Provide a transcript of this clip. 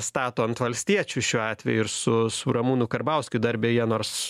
stato ant valstiečių šiuo atveju ir su su ramūnu karbauskiu dar beje nors